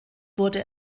wurde